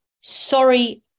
Sorry